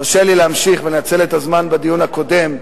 הרשה לי להמשיך ולנצל את הזמן לדיון הקודם,